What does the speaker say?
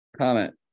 Comment